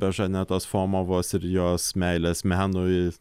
be žanetos fomovos ir jos meilės menui